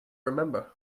remember